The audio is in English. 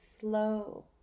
slow